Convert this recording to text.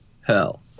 hell